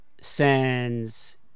sends